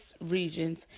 regions